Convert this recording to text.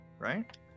Right